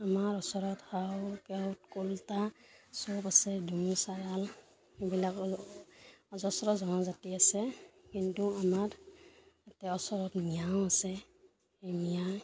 আমাৰ ওচৰত কামৰূপীয়া কলিতা চব আছে দুনি চায়াল এইবিলাকৰ অজস্ৰ জনজাতি আছে কিন্তু আমাৰ ওচৰত মিঞাও আছে মিঞাই